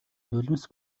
нулимс